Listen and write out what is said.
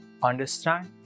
understand